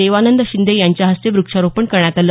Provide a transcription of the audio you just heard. देवानंद शिंदे यांच्या हस्ते वृक्षारोपण करण्यात आलं